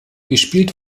gespielt